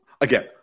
again